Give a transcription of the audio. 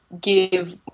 give